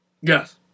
Yes